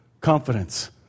confidence